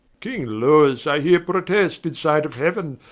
king lewis, i heere protest in sight of heauen,